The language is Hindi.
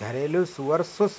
घरेलू सुअर सुस